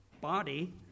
body